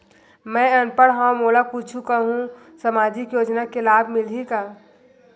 मैं अनपढ़ हाव मोला कुछ कहूं सामाजिक योजना के लाभ मिलही का?